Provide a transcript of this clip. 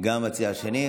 גם המציע השני,